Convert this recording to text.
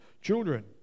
children